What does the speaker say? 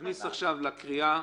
נכניס עכשיו לקריאה